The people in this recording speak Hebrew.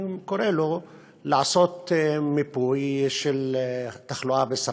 אני קורא לו לעשות מיפוי של תחלואה בסרטן,